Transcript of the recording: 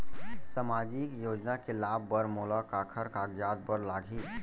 सामाजिक योजना के लाभ बर मोला काखर कागजात बर लागही?